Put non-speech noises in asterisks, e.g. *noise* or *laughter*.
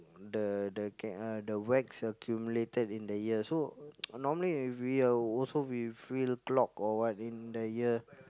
the the c~ uh the wax accumulated in the ear so *noise* normally if we are also we feel clogged or what in the ear